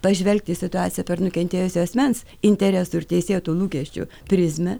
pažvelgti į situaciją per nukentėjusio asmens interesų ir teisėtų lūkesčių prizmę